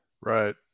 Right